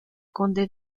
conde